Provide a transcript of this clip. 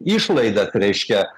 išlaidas reiškia